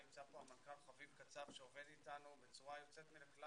נמצא כאן מנכ"ל המשרד חביב קצב שעובד אתנו בצורה יוצאת מן הכלל